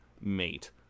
mate